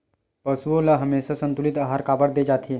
पशुओं ल हमेशा संतुलित आहार काबर दे जाथे?